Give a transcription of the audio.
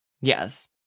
Yes